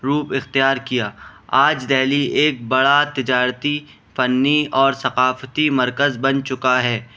روپ اختیار کیا آج دہلی ایک بڑا تجارتی فنی اور ثقافتی مرکز بن چكا ہے